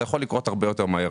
זה יכול לקרות הרבה יותר מהר.